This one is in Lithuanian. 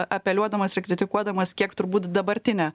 apeliuodamas ir kritikuodamas kiek turbūt dabartinę